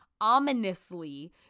ominously